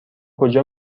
کجا